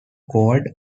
called